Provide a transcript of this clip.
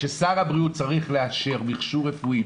ששר הבריאות צריך לאשר מיכשור רפואי,